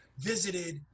visited